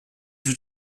wird